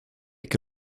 que